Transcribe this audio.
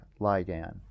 ligand